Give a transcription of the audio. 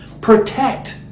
protect